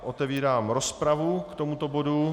Otevírám rozpravu k tomuto bodu.